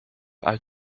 uit